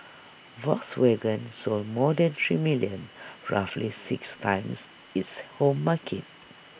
Volkswagen sold more than three million roughly six times its home market